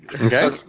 Okay